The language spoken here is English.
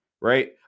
right